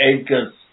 acres